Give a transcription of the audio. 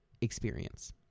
experience